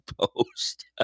post